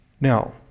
Now